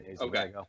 okay